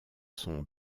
sont